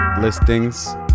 listings